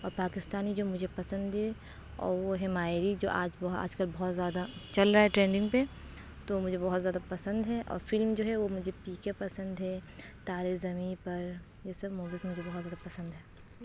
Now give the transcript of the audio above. اور پاکستانی جو مجھے پسند ہے اور وہ ہے مائری جو آج بہ آج کل بہت زیادہ چل رہا ہے ٹرینڈنگ پہ تو مجھے بہت زیادہ پسند ہے اور فلم جو ہے وہ مجھے پی کے پسند ہے تارے زمیں پر یہ سب موویز مجھے بہت زیادہ پسند ہے